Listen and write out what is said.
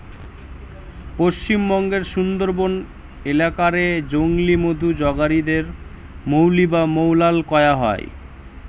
পশ্চিমবঙ্গের সুন্দরবন এলাকা রে জংলি মধু জগাড়ি দের মউলি বা মউয়াল কয়া হয়